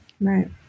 Right